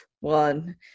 one